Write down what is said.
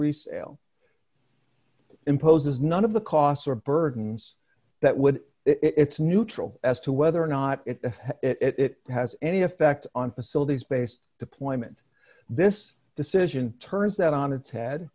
resale imposes none of the costs or burdens that would it's neutral as to whether or not it has any effect on facilities based deployment this decision turns that on its head